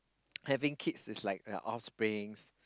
having kids is like a off springs